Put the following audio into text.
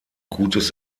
gutes